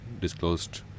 disclosed